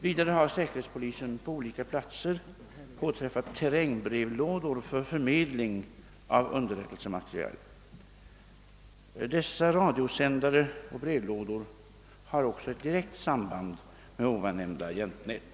Vidare har säkerhetspolisen på olika platser påträffat terrängbrevlådor för förmedling av underrättelsematerial. Dessa radiosändare och brevlådor har också ett direkt samband med ovannämnda agentnät.